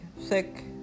sick